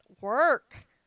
work